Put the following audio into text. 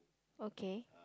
okay